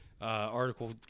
article